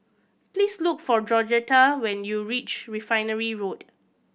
please look for Georgetta when you reach Refinery Road